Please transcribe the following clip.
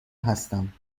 هستم